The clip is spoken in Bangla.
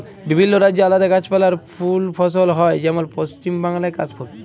বিভিল্য রাজ্যে আলাদা গাছপালা আর ফুল ফসল হ্যয় যেমল পশ্চিম বাংলায় কাশ ফুল